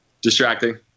distracting